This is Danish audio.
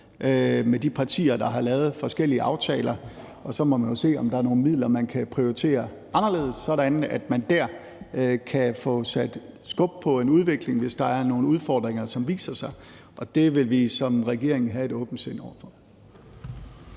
med de partier, der har lavet forskellige aftaler, og så må man jo se, om der er nogle midler, man kan prioritere anderledes, sådan at man der kan få sat skub på en udvikling, hvis der er nogle udfordringer, som viser sig. Og det vil vi som regering have et åbent sind over for.